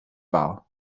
war